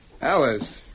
Alice